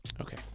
okay